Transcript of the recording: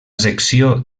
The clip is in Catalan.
secció